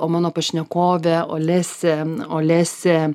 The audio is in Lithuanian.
o mano pašnekovė olesė olesė